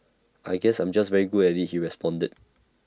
I guess I'm just very good at the he responded